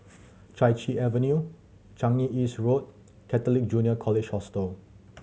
Chai Chee Avenue Changi East Road Catholic Junior College Hostel